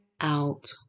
out